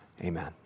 Amen